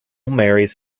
marries